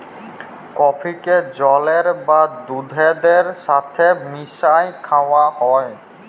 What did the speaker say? কফিকে জলের বা দুহুদের ছাথে মিশাঁয় খাউয়া হ্যয়